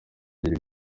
agira